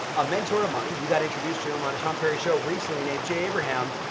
a mentor of mine, you got introduced to him on the tom ferry show recently, named jay abraham,